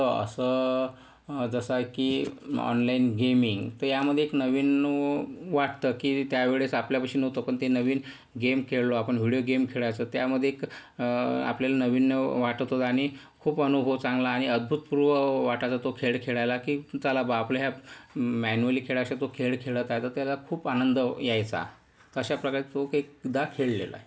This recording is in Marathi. तर असं जसा की ऑनलाईन गेमिंग तर यामध्ये एक नवीन वाटतं की त्यावेळेस आपल्यापाशी नव्हतं पण ते नवीन गेम खेळलो आपण व्हिडओ गेम खेळायचो त्यामध्ये आपल्याला नावीन्य वाटत होतं आणि खूप अनुभव चांगला आणि अभूतपूर्व वाटायचं तो खेळ खेळायला की चला बुवा आपल्या ह्या मॅन्यूअली खेळापेक्षा तो खेळ खेळत आहे तर त्याला खूप आनंद यायचा अशा प्रकारे तो एकदा खेळलेलो आहे